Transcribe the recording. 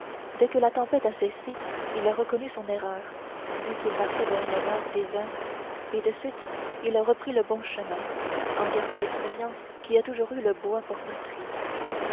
dès que la tempête a cessé il a reconnu son erreur vu quel marchait vers le nord désert et de suite il a repris le bon chemin en garçon d'expérience qui a toujours eu le bois pour patrie